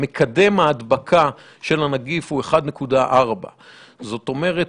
מקדם הדבקה של הנגיף הוא 1.4. זאת אומרת,